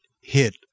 hit